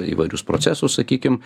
įvairius procesus sakykim